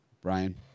Brian